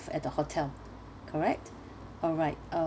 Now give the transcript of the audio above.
at the hotel correct alright uh